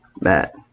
Matt